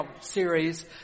series